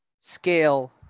scale